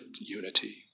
unity